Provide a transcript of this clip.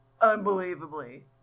unbelievably